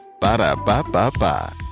Ba-da-ba-ba-ba